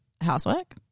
housework